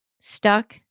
stuck